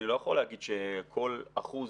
אני לא יכול להגיד שכל אחוז,